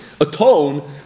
atone